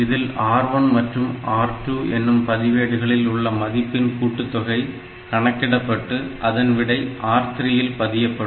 இதில் R1 மற்றும் R2 என்னும் பதிவேடுகளில் உள்ள மதிப்பின் கூட்டுத்தொகை கணக்கிடப்பட்டு அதன் விடை R3 இல் பதியப்படும்